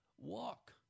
walk